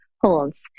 holds